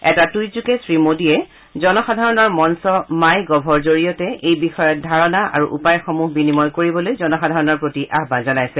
এটা টুইটযোগে শ্ৰীমোডীয়ে জনসাধাৰণৰ মঞ্চ মাই গভৰ জৰিয়তে এই বিষয়ক ধাৰণা আৰু উপায়সমূহ বিনিময় কৰিবলৈ জনসাধাৰণক আহবান জনাইছে